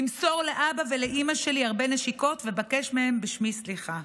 תמסור לאבא ולאימא שלי הרבה נשיקות ובקש מהם בשמי סליחה".